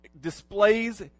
displays